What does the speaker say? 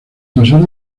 pasar